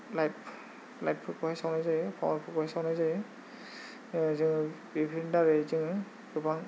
light लाइटफोरखौहाय सावनाय जायो पवारफोरखौहाय सावनाय जायो जोङो बेफोरनि दारै जोङो गोबां